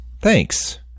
Thanks